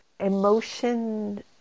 Emotion